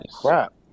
crap